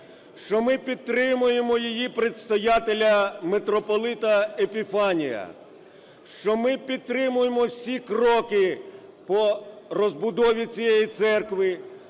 що ми підтримуємо її Предстоятеля митрополита Епіфанія, що ми підтримуємо всі кроки по розбудові цієї церкви,